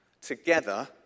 Together